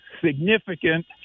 significant